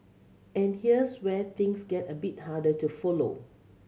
and here's where things get a bit harder to follow